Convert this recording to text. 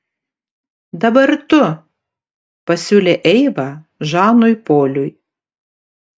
dabar tu pasiūlė eiva žanui poliui